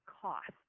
cost